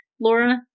Laura